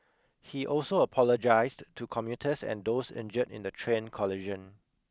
he also apologised to commuters and those injured in the train collision